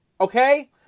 Okay